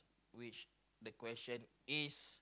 which the question is